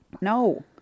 No